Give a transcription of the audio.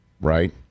right